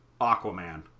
Aquaman